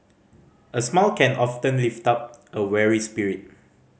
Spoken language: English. a smile can often lift up a weary spirit